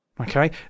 Okay